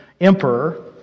emperor